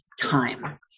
time